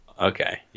Okay